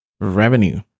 revenue